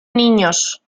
niños